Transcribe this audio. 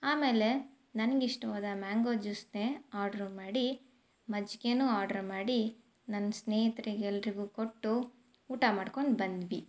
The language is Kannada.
ಆಮೇಲೆ ನನಗೆ ಇಷ್ಟವಾದ ಮ್ಯಾಂಗೋ ಜ್ಯೂಸನ್ನೇ ಆರ್ಡ್ರ್ ಮಾಡಿ ಮಜ್ಜಿಗೇನು ಆರ್ಡ್ರ್ ಮಾಡಿ ನನ್ನ ಸ್ನೇಹಿತ್ರಿಗೆ ಎಲ್ಲರಿಗೂ ಕೊಟ್ಟು ಊಟ ಮಾಡ್ಕೊಂಡು ಬಂದ್ವಿ